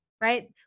right